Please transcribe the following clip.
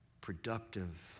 productive